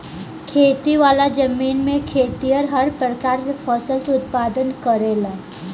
खेती वाला जमीन में खेतिहर हर प्रकार के फसल के उत्पादन करेलन